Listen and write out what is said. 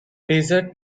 desert